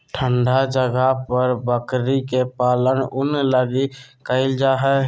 ठन्डा जगह पर बकरी के पालन ऊन लगी कईल जा हइ